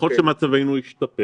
וככל שמצבנו ישתפר